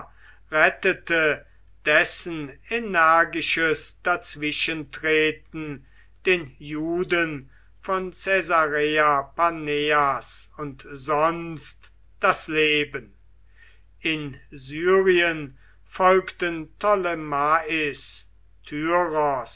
rettete dessen energisches dazwischentreten den juden von caesarea paneas und sonst das leben in syrien folgten